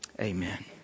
Amen